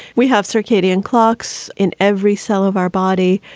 we have circadian clocks in every cell of our body.